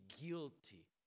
guilty